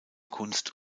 kunst